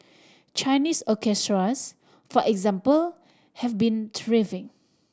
Chinese orchestras for example have been thriving